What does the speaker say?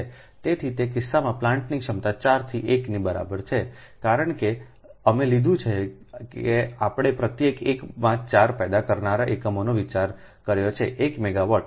તેથી તે કિસ્સામાં પ્લાન્ટની ક્ષમતા 4 થી 1 ની બરાબર છે કારણ કે અમે લીધું છે કે આપણે પ્રત્યેક 1 માં 4 પેદા કરનારા એકમોનો વિચાર કર્યો છે1 મેગાવાટ